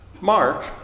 Mark